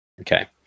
Okay